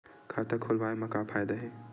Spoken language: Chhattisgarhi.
खाता खोलवाए मा का फायदा हे